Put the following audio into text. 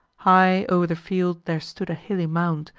high o'er the field there stood a hilly mound,